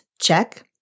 Check